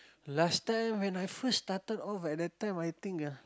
last time when I first started off at the time I think ah